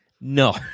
no